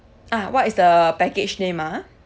ah what is the package name ah